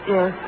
Yes